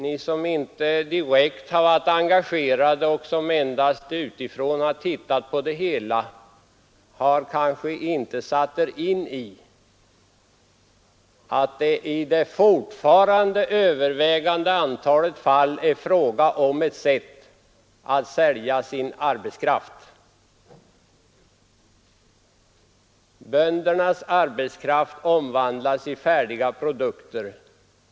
Ni som inte direkt har varit engagerade i dem och som endast utifrån har tittat på det hela har kanske inte satt er in i att det i övervägande antalet fall fortfarande är fråga om ett sätt att sälja sin arbetskraft. Böndernas arbetskraft omvandlas i färdiga produkter.